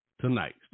tonight